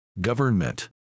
government